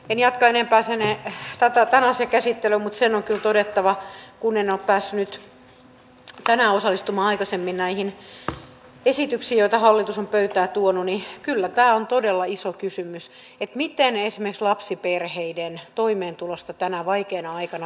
en jatka enempää tämän asian käsittelyä mutta se on kyllä todettava kun en ole päässyt tänään osallistumaan aikaisemmin näihin esityksiin joita hallitus on pöytään tuonut että kyllä tämä on todella iso kysymys miten esimerkiksi lapsiperheiden toimeentulosta tänä vaikeana aikana välitetään